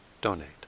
donate